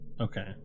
Okay